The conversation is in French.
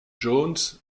jones